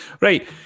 Right